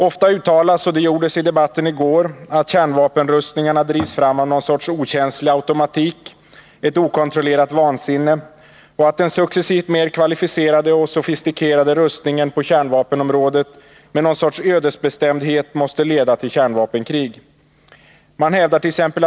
Ofta uttalas — och det gjordes i debatten i går — att kärnvapenrustningarna drivs fram av någon sorts okänslig automatik, ett okontrollerat vansinne, och att den successivt mer kvalificerade och sofistikerade rustningen på kärnvapenområdet med någon sorts ödesbestämdhet måste leda till kärnvapenkrig. Man hävdart.ex.